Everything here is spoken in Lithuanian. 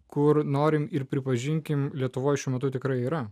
kur norime ir pripažinkime lietuvoje šiuo metu tikrai yra